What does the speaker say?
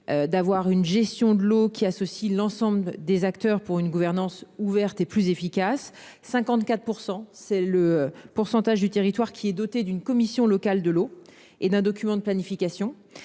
D'avoir une gestion de l'eau qui associe l'ensemble des acteurs pour une gouvernance ouverte et plus efficace. 54% c'est le pourcentage du territoire qui est doté d'une commission locale de l'eau et d'un document de planification